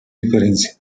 diferencia